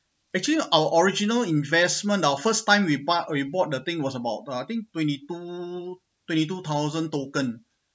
actually our original investment our first time we bark we bought the thing was about twenty two twenty two thousand token